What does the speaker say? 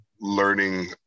learning